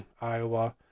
Iowa